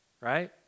right